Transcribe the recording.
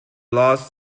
lost